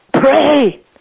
Pray